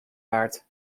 waard